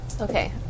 Okay